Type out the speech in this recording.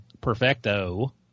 perfecto